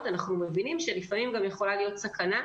אנחנו מבינים שלפעמים עשויה להיות סכנה,